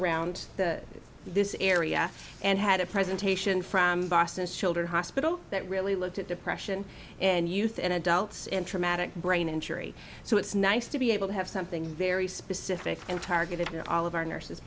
around the this area and had a presentation from boston children's hospital that really looked at depression and youth and adults in traumatic brain injury so it's nice to be able to have something very specific and targeted at all of our nurses